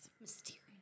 Mysterious